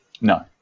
No